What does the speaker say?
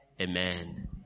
Amen